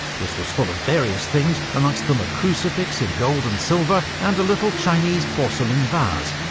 this was full of various things amongst them, a crucifix in gold and silver and a little chinese porcelain vase.